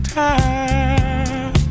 time